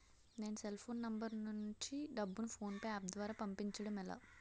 నేను cell phone number నుంచి డబ్బును ను ఫోన్పే అప్ ద్వారా పంపించడం ఎలా?